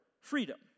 freedom